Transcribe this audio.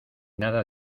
nada